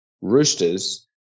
Roosters